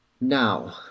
Now